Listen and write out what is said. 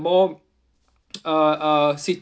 more uh uh